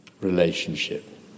relationship